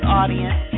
audience